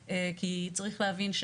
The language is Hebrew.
הבנתי.